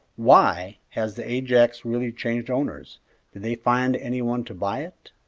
why, has the ajax really changed owners? did they find any one to buy it?